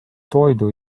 toidu